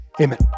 Amen